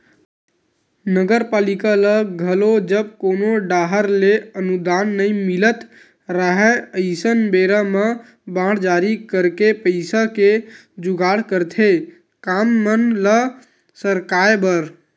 नगरपालिका ल घलो जब कोनो डाहर ले अनुदान नई मिलत राहय अइसन बेरा म बांड जारी करके पइसा के जुगाड़ करथे काम मन ल सरकाय बर